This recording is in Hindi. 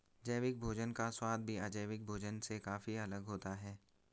जैविक भोजन का स्वाद भी अजैविक भोजन से काफी अलग होता है